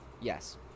Yes